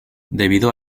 debido